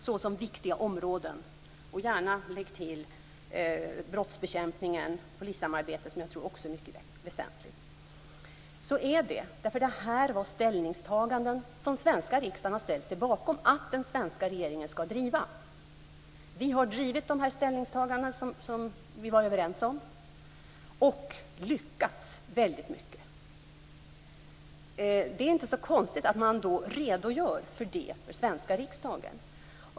Man kan gärna lägga till brottsbekämpningen och polissamarbetet, som jag också tror är mycket väsentligt. Den svenska riksdagen har ställt sig bakom att den svenska regeringen skall driva dessa frågor. Vi har drivit de ställningstaganden som vi var överens om, och vi har lyckats väldigt bra. Det är då inte så konstigt att regeringen redogör för det för den svenska riksdagen.